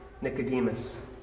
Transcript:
Nicodemus